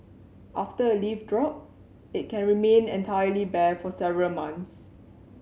after a leaf drop it can remain entirely bare for several months